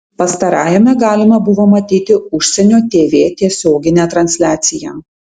pastarajame galima buvo matyti užsienio tv tiesioginę transliaciją